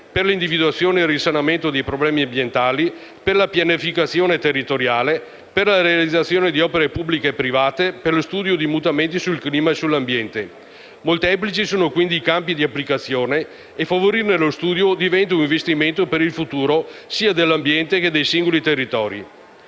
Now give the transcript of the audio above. per l'individuazione e il risanamento dei problemi ambientali, per la pianificazione territoriale, per la realizzazione di opere pubbliche e private e per lo studio sui mutamenti del clima e dell'ambiente. Molteplici sono quindi i campi di applicazione e favorirne lo studio diventa un investimento per il futuro, sia dell'ambiente che dei singoli territori.